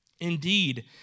Indeed